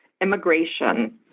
immigration